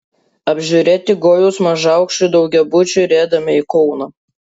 apžiūrėti gojaus mažaaukščių daugiabučių riedame į kauną